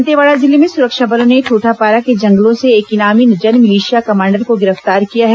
दंतेवाड़ा जिले में सुरक्षा बलों ने ठोठापारा के जंगलों से एक इनामी जनमिलिशिया कमांडर को गिरफ्तार किया है